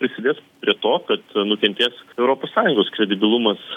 prisidės prie to kad nukentės europos sąjungos kredibilumas